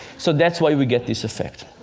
so that's why we get this effect.